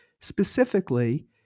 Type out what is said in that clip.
specifically